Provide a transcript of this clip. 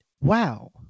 wow